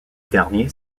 derniers